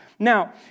Now